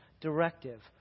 directive